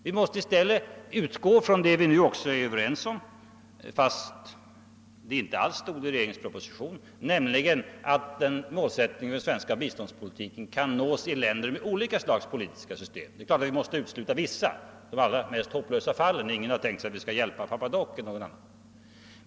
Vi måste i stället utgå från det vi nu också är överens om, fast det inte alls stod i regeringspropositionen, nämligen att målsättningen för den svenska biståndspolitiken kan nås i länder med olika slags politiska system. Det är klart att vi måste utesluta vissa länder — de allra mest hopplösa fallen. Ingen har tänkt sig att vi skall hjälpa Papa Doc t.ex.